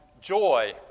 joy